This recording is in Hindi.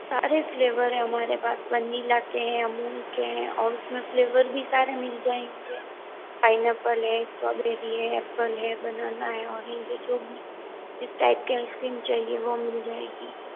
सारे फ्लेवर हैं हमारे पास वनीला के हैं अमूल के हैं और उस में फ्लेवर भी सारे मिल जाएंगे पाइनएप्पल है स्ट्रॉबेरी है एप्पल है बनाना है ओरेंज है जो भी जिस टाइप की आइसक्रीम चाहिए वो मिल जाएगी